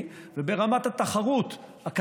סגן השר,